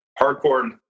hardcore